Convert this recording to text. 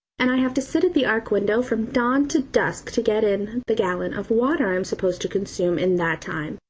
and i have to sit at the ark window from dawn to dusk to get in the gallon of water i'm supposed to consume in that time.